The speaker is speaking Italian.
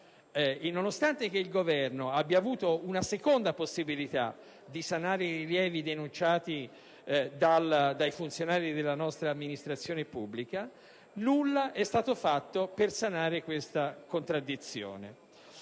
nonostante il Governo abbia avuto una seconda possibilità di sanare i rilievi denunciati dai funzionari della nostra amministrazione pubblica, nulla è stato fatto per risolvere questa contraddizione.